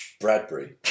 Bradbury